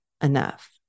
enough